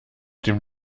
dem